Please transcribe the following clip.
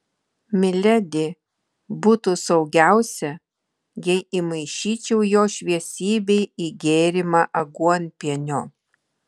miledi būtų saugiausia jei įmaišyčiau jo šviesybei į gėrimą aguonpienio